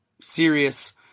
serious